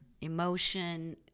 emotion